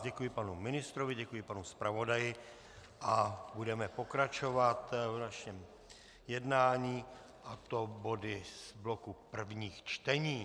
Děkuji panu ministrovi, děkuji panu zpravodaji a budeme pokračovat v našem jednání, a to body z bloku prvních čtení.